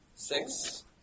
Six